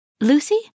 Lucy